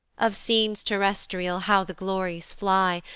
of scenes terrestrial how the glories fly,